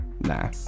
Nah